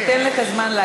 ויש קציני משטרה,